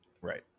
right